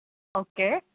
okay